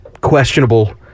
questionable